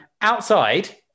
Outside